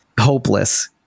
hopeless